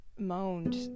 Moaned